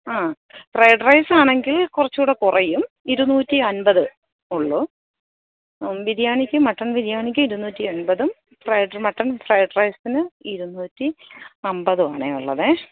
ആ fried rice ആണെങ്കില് കുറച്ചുകൂടെ കുറയും ഇരുന്നൂറ്റി അമ്പത് ഒള്ളു ബിരിയാണിക്ക് മട്ടണ് ബിരിയാണിക്ക് ഇരുന്നൂറ്റി എണ്പതും മട്ടണ് ഫ്രൈഡ് റൈസിന് ഇരുന്നൂറ്റി അമ്പതുമാണേ ഉള്ളതേ